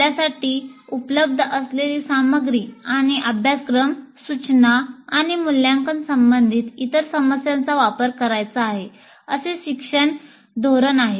आपल्यासाठी उपलब्ध असलेली सामग्री आणि अभ्यासक्रम सूचना आणि मूल्यांकन संबंधित इतर समस्यांचा वापर करायचा आहे असे शिक्षणाचे धोरण आहे